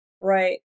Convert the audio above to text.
Right